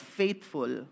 faithful